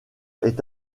est